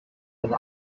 and